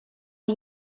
die